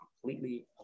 completely